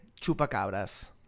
Chupacabras